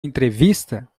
entrevista